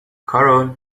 کارول